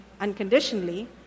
unconditionally